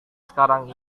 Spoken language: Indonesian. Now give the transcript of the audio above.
sekarang